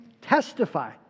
testify